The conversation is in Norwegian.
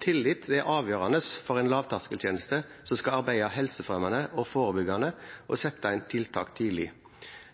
Tillit er avgjørende for en lavterskeltjeneste som skal arbeide helsefremmende og forebyggende og sette inn tiltak tidlig.